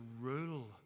rule